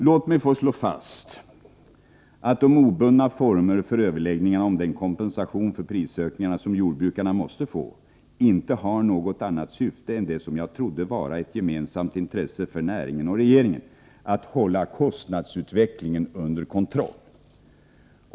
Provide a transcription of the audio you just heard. Låt mig få slå fast att de obundna former för överläggningarna om den kompensation för prisökningarna som jordbrukarna måste få inte har något annat syfte än det som jag trodde vara ett gemensamt intresse för näringen och regeringen, att hålla kostnadsutvecklingen under kontroll.